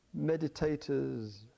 meditator's